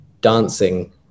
dancing